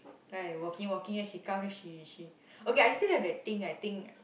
right walking walking then she comes then she she okay I still have that thing right thing